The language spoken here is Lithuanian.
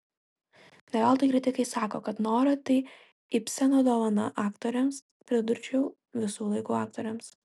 ne veltui kritikai sako kad nora tai ibseno dovana aktorėms pridurčiau visų laikų aktorėms